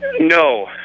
No